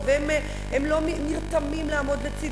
והם לא נותנים לי לעבוד,